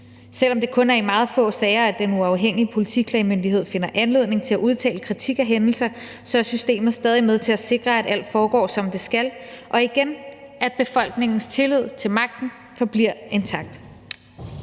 Selv om det kun er i meget få sager, at den uafhængige politiklagemyndighed finder anledning til at udtale kritik af hændelser, så er systemet stadig med til at sikre, at alt foregår, som det skal, og – igen – at befolkningens tillid til magten forbliver intakt.